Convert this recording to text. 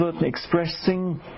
expressing